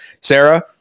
Sarah